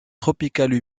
tropicales